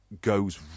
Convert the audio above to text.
goes